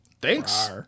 thanks